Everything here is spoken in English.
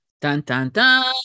dun-dun-dun